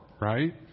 right